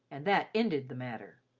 and that ended the matter.